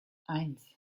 eins